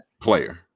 player